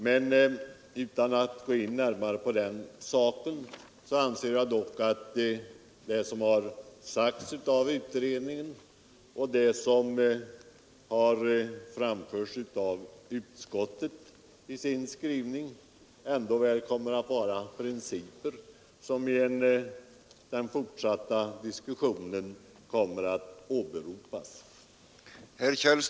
Men utan att gå närmare in på denna sak anser jag att det som sagts av utredningen och det som har framförts av utskottet i dess skrivning ändå kommer att vara principer som i den fortsatta diskussionen kommer att åberopas.